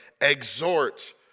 exhort